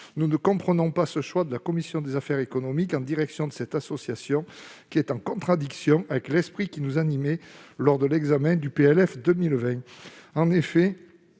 Nous ne comprenons pas le choix de la commission des affaires économiques en direction de cette association. Il entre en contradiction avec l'esprit qui nous animait lors de l'examen du projet